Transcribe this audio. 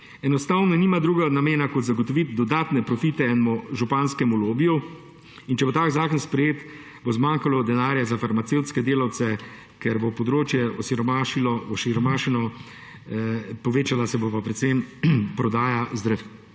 Enostavno nima drugega namena kot zagotoviti dodatne profite enemu županskemu lobiju. Če bo tak zakon sprejet, bo zmanjkalo denarja za farmacevtske delavce, ker bo področje osiromašeno, povečala se bo pa predvsem prodaja zdravil